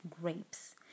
grapes